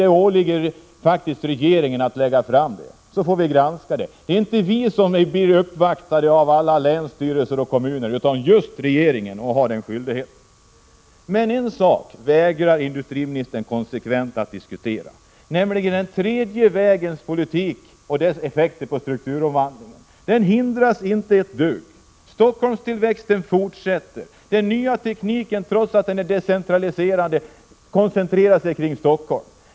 Det åligger regeringen att lägga fram sådana förslag, som riksdagen får granska. Det är inte vi som blir uppvaktade av alla länsstyrelser och kommuner, utan det är just regeringen, och den har därför skyldigheten. En sak vägrar industriministern konsekvent att diskutera, nämligen den tredje vägens politik och dess effekter på strukturomvandlingen. Den hindras inte ett dugg. Stockholmstillväxten fortsätter. Den nya tekniken koncentreras kring Stockholm, trots att den är decentraliserande.